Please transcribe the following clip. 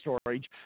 storage